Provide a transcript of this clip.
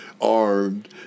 armed